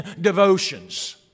devotions